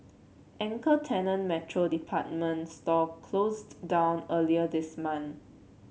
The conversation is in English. anchor tenant Metro department store closed down earlier this month